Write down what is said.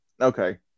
Okay